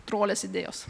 trolės idėjos